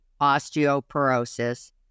Osteoporosis